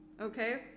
Okay